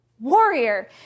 warrior